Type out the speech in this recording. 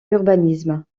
urbanisme